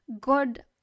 god